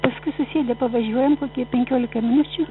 paskui susėdę pavažiuojam kokį penkiolika minučių